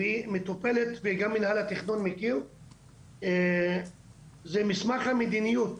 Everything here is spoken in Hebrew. מטופלת וגם מינהל התכנון מכיר היא מסמך המדיניות,